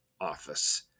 office